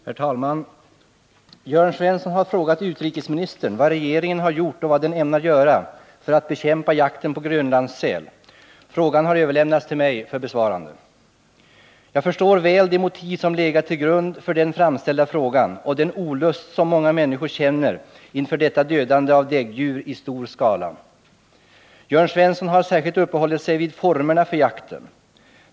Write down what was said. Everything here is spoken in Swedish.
Herr talman! Jörn Svensson har frågat utrikesministern vad regeringen har gjort och vad den ämnar göra för att bekämpa jakten på grönlandssäl. Frågan har överlämnats till mig för besvarande. Jag förstår väl de motiv som legat till grund för den framställda frågan och den olust som många människor känner inför detta dödande av däggdjur i stor skala. Jörn Svensson har särskilt uppehållit sig vid formerna för jakten.